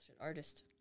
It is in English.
artist